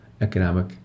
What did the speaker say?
economic